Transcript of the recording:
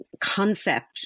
concept